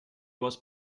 was